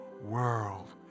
world